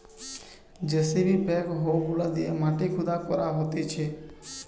JCB backhoe গুলা দিয়ে মাটি খুদা করা হতিছে